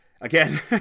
again